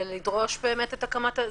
ולדרוש את הקמת היחידות.